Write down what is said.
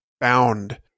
bound